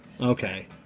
Okay